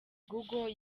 google